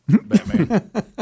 Batman